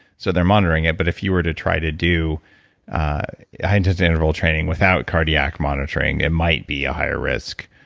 so they're monitoring it. but if you were to try to do a high intensity interval training without cardiac monitoring, it might be a higher risk.